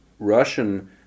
Russian